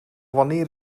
wanneer